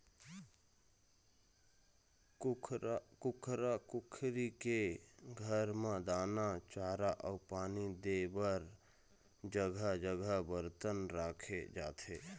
कुकरा कुकरी के घर म दाना, चारा अउ पानी दे बर जघा जघा बरतन राखे जाथे